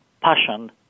passion